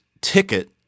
ticket